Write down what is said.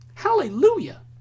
hallelujah